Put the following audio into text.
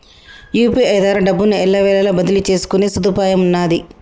UPI ద్వారా డబ్బును ఎల్లవేళలా బదిలీ చేసుకునే సదుపాయమున్నాది